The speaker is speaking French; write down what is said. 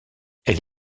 elle